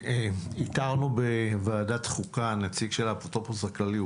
איתרנו בוועדת חוקה נציג של האפוטרופוס הכללי.